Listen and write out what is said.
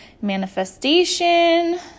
manifestation